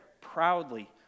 proudly